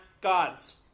gods